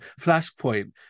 Flashpoint